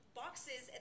boxes